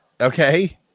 okay